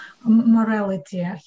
morality